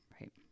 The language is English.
Right